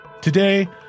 Today